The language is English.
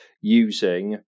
using